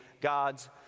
God's